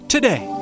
Today